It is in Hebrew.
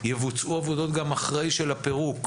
יבוצעו גם אחרי עבודות פירוק.